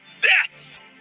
death